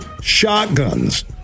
shotguns